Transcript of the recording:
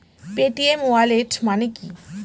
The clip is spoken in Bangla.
পেটিএম ওয়ালেট মানে কি?